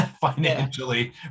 financially